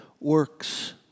works